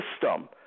system